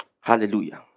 Hallelujah